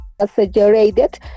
exaggerated